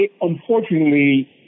unfortunately